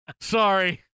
sorry